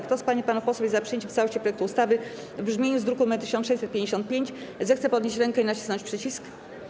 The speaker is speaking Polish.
Kto z pań i panów posłów jest za przyjęciem w całości projektu ustawy w brzmieniu z druku nr 1655, zechce podnieść rękę i nacisnąć przycisk.